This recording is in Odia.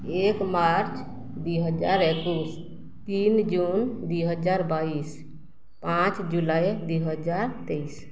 ଏକ ମାର୍ଚ୍ଚ ଦୁଇହଜାର ଏକୋଇଶି ତିନ ଜୁନ୍ ଦୁଇ ହଜାର ବାଇଶି ପାଞ୍ଚ ଜୁଲାଇ ଦୁଇହଜାର ତେଇଶି